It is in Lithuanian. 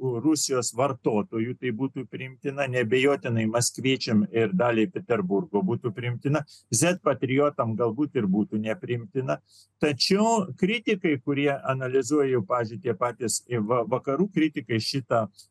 rusijos vartotojų tai būtų priimtina neabejotinai maskviečiams ir daliai peterburgo būtų priimtinas patriotams galbūt ir būtų nepriimtinas tačiau kritikai kurie analizuoju pavyzdžiui tie patys vakarų kritikai šitos